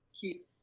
Keep